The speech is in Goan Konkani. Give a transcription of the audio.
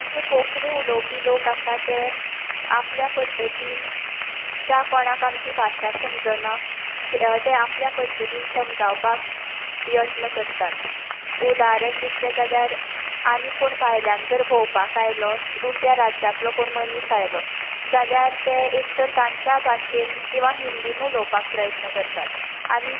आमचे कोंकणी उलोवपी लोक आसात ते आपल्या पध्दतीन ज्या कोणाक आमची भाशा समजना ते आपल्या पध्दतीन समजावपाक यत्न करतात उदाहरण दितलें जाल्यार आनी कोण भायल्यान जर भोंवपाक आयलो दुसऱ्या राज्यांतलो मनीस आयलो जाल्यार ते एक तर तांच्या भाशेन किंवा हिंदींत उलोवपाक प्रयत्न करतात आनी